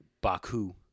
Baku